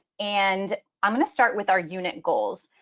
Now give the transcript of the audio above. and i'm going to start with our unit goals.